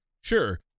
Sure